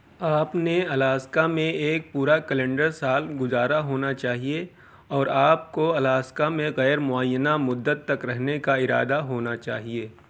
آپ نے الاسکا میں ایک پورا کیلنڈر سال گذارا ہونا چاہئے اور آپ کو الاسکا میں غیر معینہ مدت تک رہنے کا ارادہ ہونا چاہئے